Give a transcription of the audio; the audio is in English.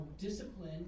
discipline